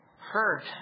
hurt